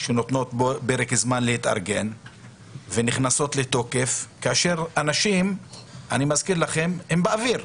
נותנות פרק זמן להתארגן ונכנסות לתוקף כאשר אנשים הם אוויר.